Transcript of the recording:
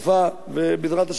ובא לציון גואל.